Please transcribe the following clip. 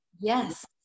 Yes